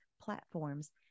platforms